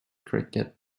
cricket